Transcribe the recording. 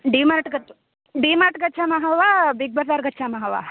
DMart DMart गच्छामः वा Big Bazaar गच्छामः वा